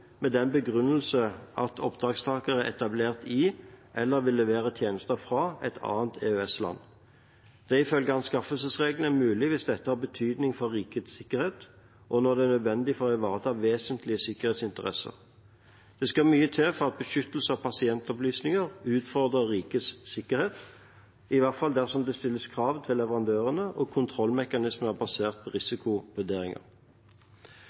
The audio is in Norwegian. med den begrunnelse at oppdragstaker er etablert i, eller vil levere tjenester fra, et annet EØS-land. Det er ifølge anskaffelsesreglene mulig hvis dette har betydning for rikets sikkerhet, og når det er nødvendig for å ivareta vesentlige sikkerhetsinteresser. Det skal mye til for at beskyttelse av pasientopplysninger utfordrer rikets sikkerhet, i hvert fall dersom det stilles krav til leverandørene og kontrollmekanismer basert på